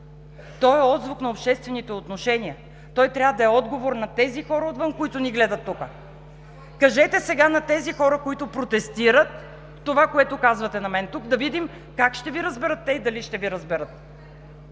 Той е отзвук на обществените отношения, той трябва да е отговор на тези хора отвън, които ни гледат тук. Кажете сега на тези хора, които протестират, това, което казвате на мен тук – да видим как ще Ви разберат те и дали ще Ви разберат!